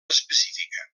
específica